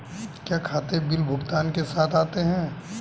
क्या खाते बिल भुगतान के साथ आते हैं?